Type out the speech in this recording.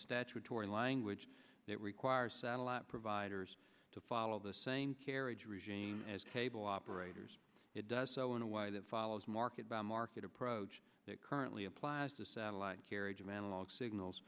statutory language that requires satellite providers to follow the same carriage regime as cable operators it does so in a way that follows market by market approach that currently applies to satellite carriage of analog signals